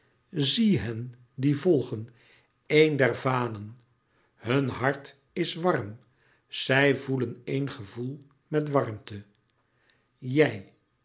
zie hen die volgen een der vanen hun hart is warm zij voelen éen gevoel met warmte jij